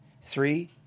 Three